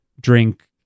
drink